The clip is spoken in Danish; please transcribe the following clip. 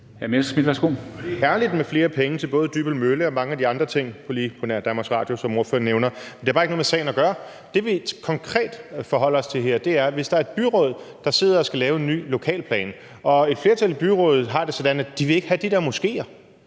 med flere penge til både Dybbøl Mølle og mange af de andre ting, lige på nær Danmarks Radio, som ordføreren nævner, men det har bare ikke noget med sagen at gøre. Det, vi konkret forholder os til her, er, at hvis der er et byråd, der sidder og skal lave en ny lokalplan, og et flertal i byrådet har det sådan, at de ikke vil have de der moskéer,